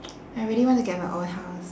I really want to get my own house